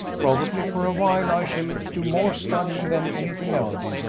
probably for a while i shall do more studying than anything else,